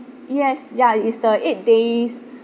yes ya is the eight days